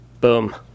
boom